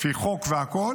לפי חוק והכול,